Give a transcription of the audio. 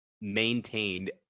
maintained